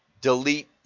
delete